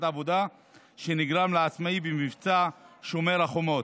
עבודה שנגרם לעצמאי במבצע שומר החומות.